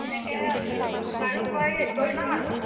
সেনেকৈ বাৰু মই হেৰি কৰি ল'ম আৰু